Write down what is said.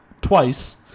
twice